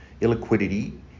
Illiquidity